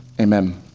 Amen